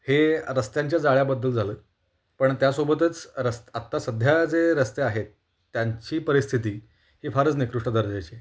हे रस्त्यांच्या जाळ्याबद्दल झालं पण त्यासोबतच रस् आत्ता सध्या जे रस्ते आहेत त्यांची परिस्थिती ही फारच निकृष्ट दर्जाची आहे